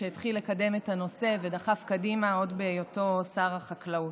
שהתחיל לקדם את הנושא ודחף קדימה עוד בהיותו שר החקלאות.